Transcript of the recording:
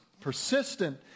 persistent